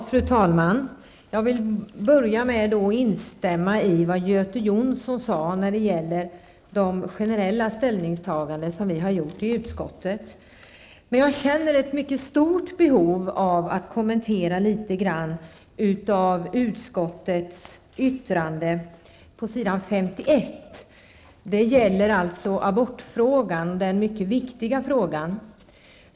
Fru talman! Jag vill börja med att instämma i vad Göte Jonsson sade när det gäller de generella ställningstaganden som vi har gjort i utskottet. Men jag känner ett mycket starkt behov av att något kommentera utskottets yttrande om den mycket viktiga abortfrågan.